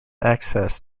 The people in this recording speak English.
access